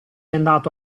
andato